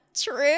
true